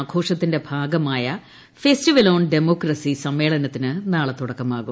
ആഘോഷത്തിന്റെ ഭാഗമായ festival on democracy സമ്മേളനത്തിന് നാളെ തുടക്കമാകും